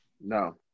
No